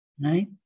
right